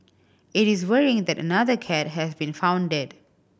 it is worrying that another cat has been found dead